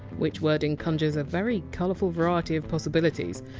which wording conjures a very colourful variety of possibilities.